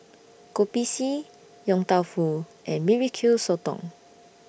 Kopi C Yong Tau Foo and B B Q Sotong